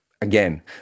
Again